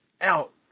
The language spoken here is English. out